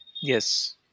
Yes